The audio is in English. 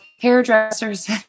hairdressers